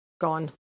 Gone